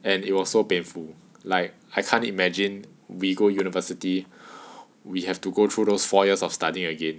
and it was so painful like I can't imagine we go university we have to go through those four years of study again